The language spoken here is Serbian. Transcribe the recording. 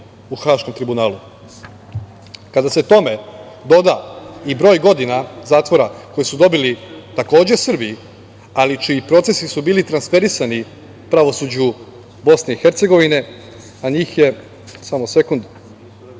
u Haškom tribunalu. Kada se tome doda i broj godina zatvora, koje su dobili takođe Srbi, ali čiji procesu su bili transferisani pravosuđu BiH, a njih je devet ukupno,